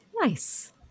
Nice